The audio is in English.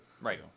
Right